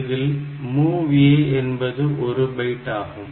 இதில் MOV A என்பது ஒரு பைட் ஆகும்